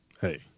hey